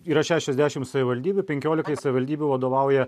yra šešiasdešimt savivaldybių penkiolikai savivaldybių vadovauja